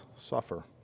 suffer